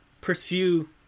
pursue